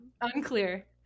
unclear